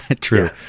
true